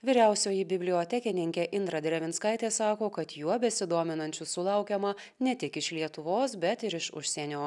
vyriausioji bibliotekininkė indra drevinskaitė sako kad juo besidominančių sulaukiama ne tik iš lietuvos bet ir iš užsienio